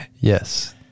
Yes